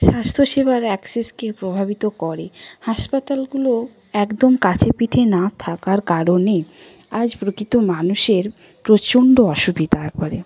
স্বাস্থ্যসেবার অ্যাকসেসকে প্রভাবিত করে হাসপাতালগুলো একদম কাছেপিঠে না থাকার কারণে আজ প্রকৃত মানুষের প্রচণ্ড অসুবিধা করে